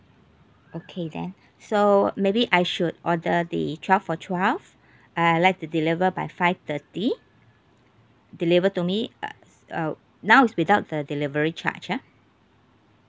okay then so maybe I should order the twelve for twelve uh I'd like to deliver by five thirty deliver to me uh uh now is without the delivery charge ah